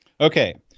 Okay